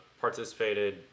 participated